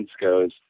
goes